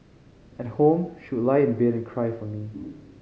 at home she would lie in bed and cry for me